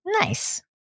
Nice